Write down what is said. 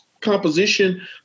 composition